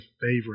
Favorite